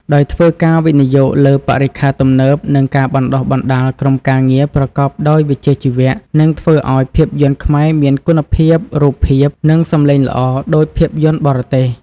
ដោយធ្វើការវិនិយោគលើបរិក្ខារទំនើប និងការបណ្តុះបណ្តាលក្រុមការងារប្រកបដោយវិជ្ជាជីវៈ នឹងធ្វើឲ្យភាពយន្តខ្មែរមានគុណភាពរូបភាព និងសំឡេងល្អដូចភាពយន្តបរទេស។